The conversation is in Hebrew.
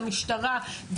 למשטרה,